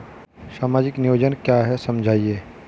सामाजिक नियोजन क्या है समझाइए?